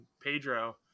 pedro